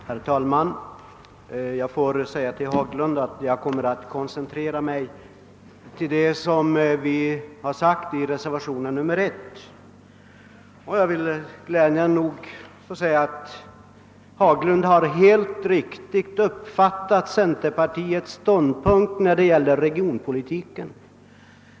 Herr talman! Jag kommer att i min replik till herr Haglund koncentrera mig till det vi har sagt i reservation nr 1. Glädjande nog har herr Haglund helt riktigt uppfattat centerpartiets ståndpunkt beträffande regionpolitiken.